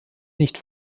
nicht